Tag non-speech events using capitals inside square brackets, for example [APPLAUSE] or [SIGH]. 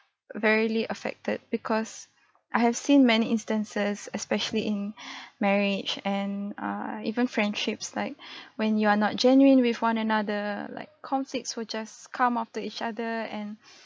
verily affected because I have seen many instances especially in [BREATH] marriage and err even friendships like [BREATH] when you are not genuine with one another like conflicts will just come after each other and [BREATH]